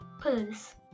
Purse